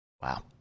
Wow